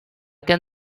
can